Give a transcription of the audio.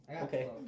Okay